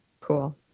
Cool